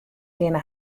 kinne